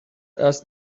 asked